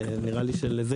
נראה לי שלזה